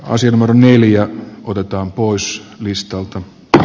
asematunnelia otetaan pois listalta h